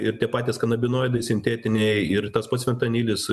ir tie patys kanabinoidai sintetiniai ir tas pats fentanilis